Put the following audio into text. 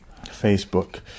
Facebook